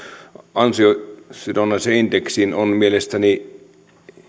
ansiosidonnaiseen indeksiin on mielestäni